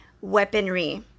weaponry